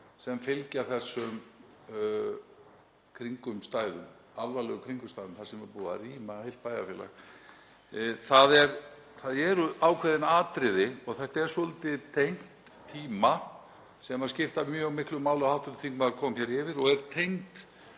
sem fylgja þessum alvarlegu kringumstæðum þar sem búið er að rýma heilt bæjarfélag. Það eru ákveðin atriði, og þetta er svolítið tengt tíma, sem skipta mjög miklu máli og hv. þingmaður fór hér yfir og eru tengd